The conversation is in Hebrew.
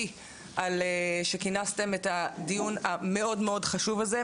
על שכינסתם את הדיון המאוד חשוב הזה.